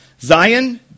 Zion